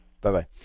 Bye-bye